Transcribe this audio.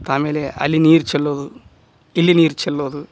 ಆಮೇಲೆ ಅಲ್ಲಿ ನೀರು ಚೆಲ್ಲೋದು ಇಲ್ಲಿ ನೀರು ಚೆಲ್ಲೋದು